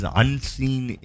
unseen